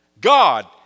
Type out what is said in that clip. God